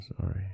sorry